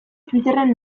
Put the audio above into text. twitterren